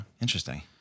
Interesting